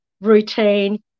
routine